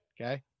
Okay